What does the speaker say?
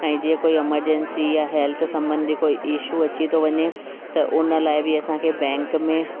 ऐं जीअं कोई अमरजंसी हेल्थ संॿंधी कोई ईशू अची थो वञे त उन लाइ बि असांखे बैंक में